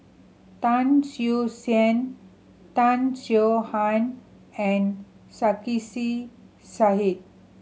Tan Siew Sin Tan Swie Han and Sarkasi Said